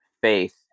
faith